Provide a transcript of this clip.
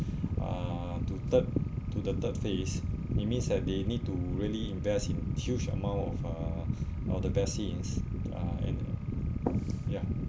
uh to third to the third phase it means that they need to really invest in huge amount of uh of the vaccines uh and ya